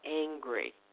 angry